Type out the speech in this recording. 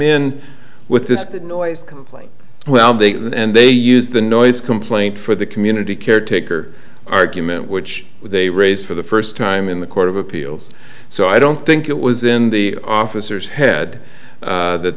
complaint well they and they used the noise complaint for the community caretaker argument which they raised for the first time in the court of appeals so i don't think it was in the officers head that th